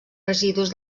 residus